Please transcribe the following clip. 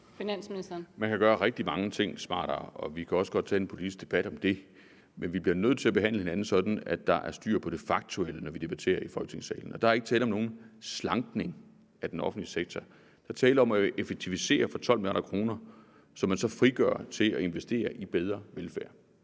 Man kan gøre rigtig mange ting smartere, og vi kan også godt tage en politisk debat om det. Men vi bliver nødt til at behandle hinanden sådan, at der er styr på det faktuelle, når vi debatterer i Folketingssalen. Og der er ikke tale om nogen slankning af den offentlige sektor. Der er tale om at effektivisere for 12 mia. kr., som man så frigør til at investere i bedre velfærd.